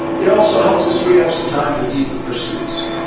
it also helps us free up some time for deeper pursuits.